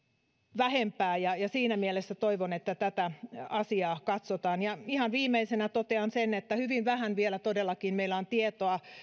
vähäisempää ja siinä mielessä toivon että tätä asiaa katsotaan ja ihan viimeisenä totean sen että meillä todellakin on vielä hyvin vähän tietoa